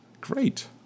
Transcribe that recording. Great